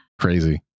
Crazy